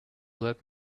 let